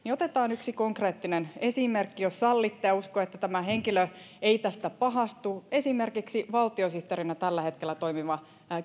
otetaan yksi konkreettinen esimerkki jos sallitte ja uskon että tämä henkilö ei tästä pahastu esimerkiksi valtiosihteerinä tällä hetkellä toimiva